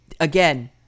Again